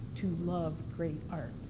to love great art?